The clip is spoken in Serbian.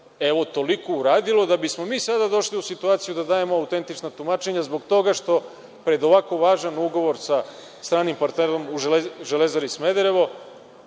evo, toliko uradilo da bismo mi sada došli u situaciju da dajemo autentična tumačenja zbog toga što, pored ovako važnog ugovora sa stranim partnerom u Železari Smederevo,